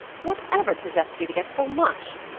whatever possessed you to get so much?